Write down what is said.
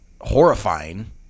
horrifying